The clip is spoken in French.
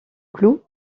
cloue